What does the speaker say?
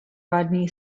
rodney